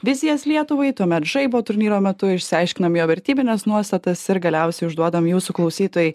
vizijas lietuvai tuomet žaibo turnyro metu išsiaiškinam jo vertybines nuostatas ir galiausiai užduodam jūsų klausytojai